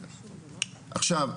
עכשיו,